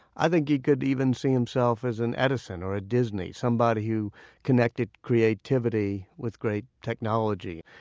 i think he could even see himself as an edison or a disney, somebody who connected creativity with great technology.